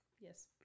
yes